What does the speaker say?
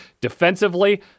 Defensively